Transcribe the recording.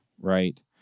right